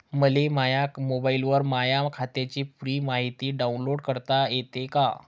मले माह्या मोबाईलवर माह्या खात्याची पुरी मायती डाऊनलोड करता येते का?